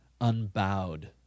unbowed